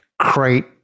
create